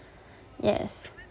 yes